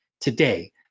today